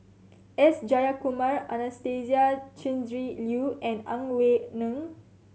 S Jayakumar Anastasia Tjendri Liew and Ang Wei Neng